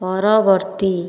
ପରବର୍ତ୍ତୀ